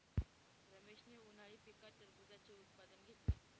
रमेशने उन्हाळी पिकात टरबूजाचे उत्पादन घेतले